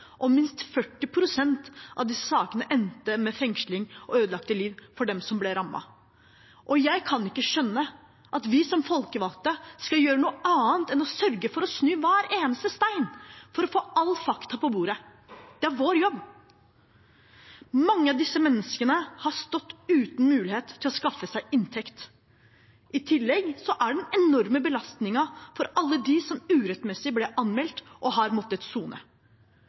og minst 40 pst. av sakene endte med fengsling og ødelagte liv for dem som ble rammet. Jeg kan ikke skjønne at vi som folkevalgte skal gjøre noe annet enn å sørge for å snu hver eneste stein for å få alle fakta på bordet. Det er vår jobb. Mange av disse menneskene har stått uten mulighet til å skaffe seg inntekt. I tillegg kommer den enorme belastningen for alle dem som urettmessig ble anmeldt og har måttet sone.